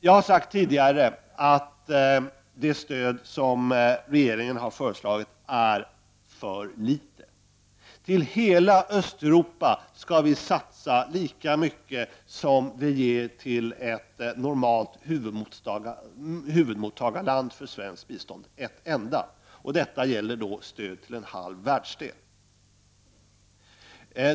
Jag har sagt tidigare att det stöd som regeringen har föreslagit är för litet. Till hela Östeuropa skall vi satsa lika mycket som vi ger till ett normalt huvudmottagarland för svenskt bistånd, ett enda. Här gäller det stöd till en halv världsdel.